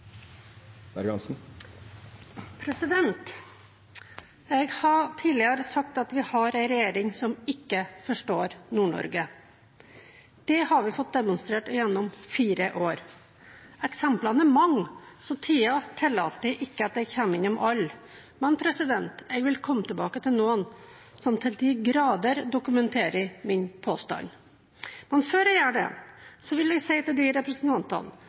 Jeg har tidligere sagt at vi har en regjering som ikke forstår Nord-Norge. Det har vi fått demonstrert gjennom fire år. Eksemplene er mange, så tiden tillater ikke at jeg kommer innom alle, men jeg vil komme tilbake til noen som til de grader dokumenterer min påstand. Før jeg gjør det, vil jeg si til de representantene